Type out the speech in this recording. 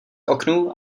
oknu